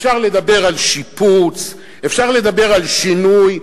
אפשר לדבר על שיפוץ, אפשר לדבר על שינוי.